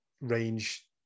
range